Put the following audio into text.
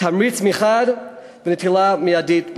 תמריץ מחד ונטילה מיידית מאידך.